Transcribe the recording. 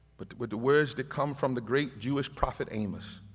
but with the words that come from the great jewish prophet amos.